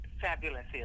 fabulous